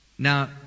Now